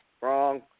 wrong